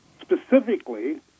specifically